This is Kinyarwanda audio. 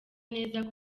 neza